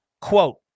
Quote